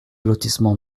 lotissement